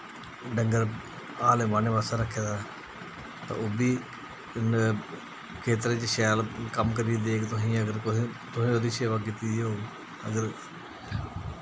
डंगर हल बाह्ने बास्तै रक्खे दा ते ओह् बी खेत्तरें च शैल कम्म करियै देग अगर तुसेंगी तुसें ओह्दी सेवा कीती दी होग अगर